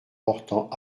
portant